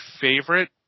favorite